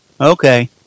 Okay